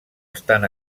estan